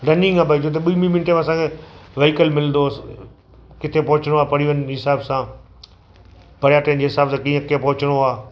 running आहे भई जिते ॿीं ॿीं मिनटे में असांखे व्हीकल मिलंदो किथे पहुचिणो आहे परिवहन जे हिसाब सां पर्यटन जे हिसाब सां कीअं कीअं पहुचिणो आहे